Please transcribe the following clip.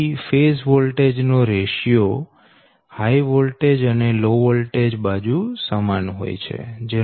તેથી phase voltage નો ratio HV અને LV બાજુ સમાન હોય છે